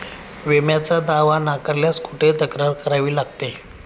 विम्याचा दावा नाकारल्यास कुठे तक्रार करावी लागते?